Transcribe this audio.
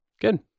Good